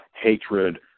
hatred